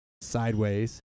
sideways